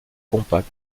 compacts